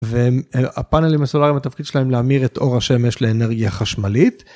והם הפאנלים הסולריים התפקיד שלהם להמיר את אור השמש לאנרגיה חשמלית.